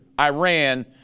Iran